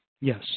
Yes